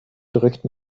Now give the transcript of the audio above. drückt